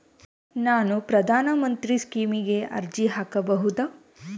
ನಾನು ಪ್ರಧಾನ ಮಂತ್ರಿ ಸ್ಕೇಮಿಗೆ ಅರ್ಜಿ ಹಾಕಬಹುದಾ?